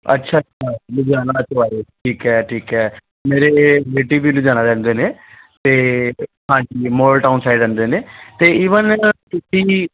ਅੱਛਾ ਲੁਧਿਆਣਾ ਪਾਸੋਂ ਆਏ ਹੋ ਠੀਕ ਹੈ ਠੀਕ ਹੈ ਮੇਰੇ ਰਲੇਟਿਵ ਵੀ ਲੁਧਿਆਣਾ ਰਹਿੰਦੇ ਨੇ ਅਤੇ ਹਾਂਜੀ ਮੋਡਲ ਟਾਊਨ ਸਾਈਡ ਰਹਿੰਦੇ ਨੇ ਅਤੇ ਈਵਨ ਤੁਸੀਂ